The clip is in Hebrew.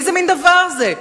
איזה מין דבר זה?